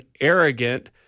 arrogant